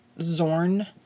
Zorn